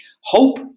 hope